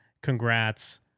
congrats